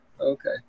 Okay